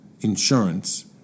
insurance